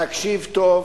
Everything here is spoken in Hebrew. תקשיב טוב,